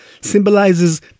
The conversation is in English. symbolizes